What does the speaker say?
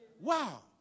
Wow